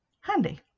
handy